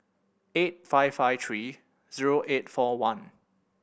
eight five five three zero eight four one